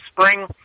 spring